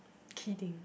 kidding